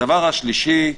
הדבר השלישי,